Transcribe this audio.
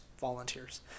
volunteers